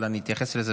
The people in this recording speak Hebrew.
אבל אני אתייחס לזה,